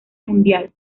mundial